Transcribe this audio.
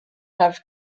have